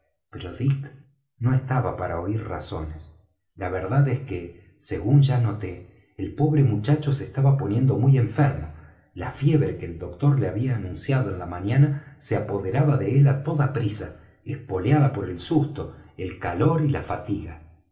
pero dick no estaba para oir razones la verdad es que según ya noté el pobre muchacho se estaba poniendo muy enfermo la fiebre que el doctor le había anunciado en la mañana se apoderaba de él á toda prisa espoleada por el susto el calor y la fatiga